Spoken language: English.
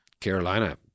Carolina